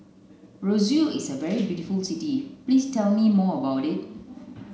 roseau is a very beautiful city please tell me more about it